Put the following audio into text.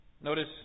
Notice